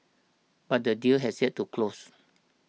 but the deal has yet to close